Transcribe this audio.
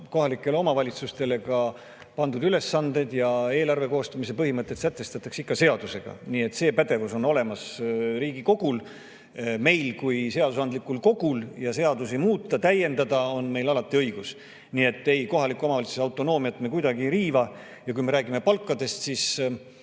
Kohalikele omavalitsustele pandud ülesanded ja eelarve koostamise põhimõtted sätestatakse ikka seadusega. See pädevus on olemas Riigikogul. Meil kui seadusandlikul kogul on alati õigus seadusi muuta ja täiendada, nii et ei, kohaliku omavalitsuse autonoomiat me kuidagi ei riiva. Ja kui me räägime palkadest, siis